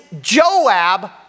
Joab